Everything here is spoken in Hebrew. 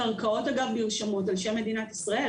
הקרקעות נרשמות על שם מדינת ישראל,